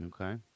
Okay